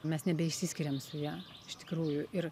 mes nebeišsiskiriam su ja iš tikrųjų ir